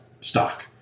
stock